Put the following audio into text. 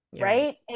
right